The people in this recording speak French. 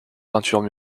peintures